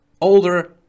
older